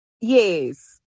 yes